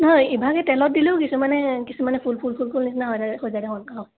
নহয় ইভাগে তেলত দিলেও কিছুমানে কিছুমানে ফুল ফুল ফুল ফুল নিচিনা হৈ থাকে হৈ যায় দেখোন